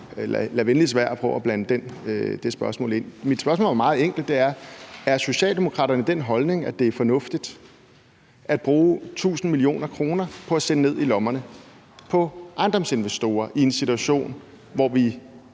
med at prøve på at blande det spørgsmål ind. Mit spørgsmål er meget enkelt, og det er: Er Socialdemokraterne af den holdning, at det er fornuftigt at bruge tusind millioner kroner på at sende ned i lommerne på ejendomsinvestorer i en situation, hvor vi